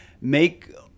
make